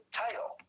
title